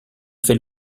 fait